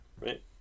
Right